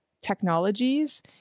technologies